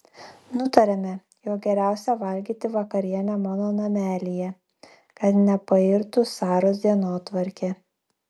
nutariame jog geriausia valgyti vakarienę mano namelyje kad nepairtų saros dienotvarkė